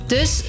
Dus